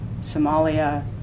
Somalia